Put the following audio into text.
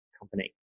company